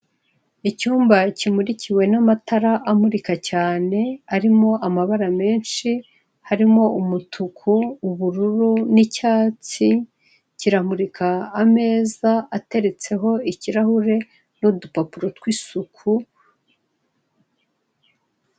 Icyumba kimurikiwe n'amatara amurika cyane arimo amabara menshi harimo umutuku, ubururu n'icyatsi kiramurika ameza ateretseho ikirahure n'udupapuro tw'isuku.